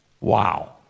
Wow